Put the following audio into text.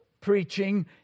preaching